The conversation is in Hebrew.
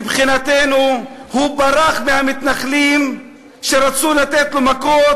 מבחינתנו הוא ברח מהמתנחלים שרצו לתת לו מכות,